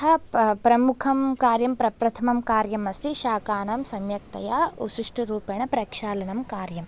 अतः प्र प्रमुखं कार्यं प्रप्रथमं कार्यमस्ति शाकानां सम्यक्तया उचितरूपेण प्रक्षालनं कार्यम्